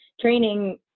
training